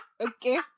Okay